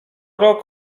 rok